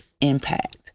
impact